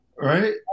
Right